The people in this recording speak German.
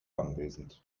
anwesend